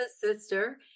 sister